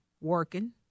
working